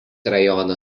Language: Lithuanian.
rajono